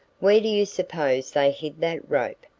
where do you suppose they hid that rope?